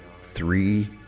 three